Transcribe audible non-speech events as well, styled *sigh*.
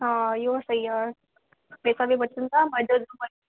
हा इहो सही आहे पैसा बि बचनि था मज़ो *unintelligible*